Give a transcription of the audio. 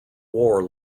war